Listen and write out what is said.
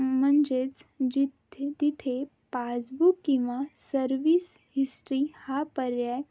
म्हणजेच जिथे तिथे पासबुक किंवा सर्व्हिस हिस्ट्री हा पर्याय